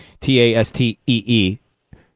t-a-s-t-e-e